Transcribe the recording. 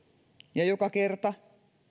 ja joka kerta